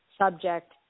Subject